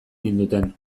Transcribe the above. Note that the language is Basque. ninduten